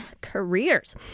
Careers